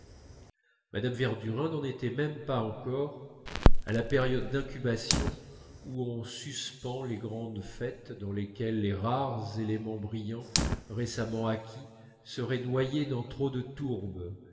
mme verdurin n'en était même pas encore à la période d'incubation où on suspend les grandes fêtes dans lesquelles les rares éléments brillants récemment acquis seraient noyés dans trop de tourbe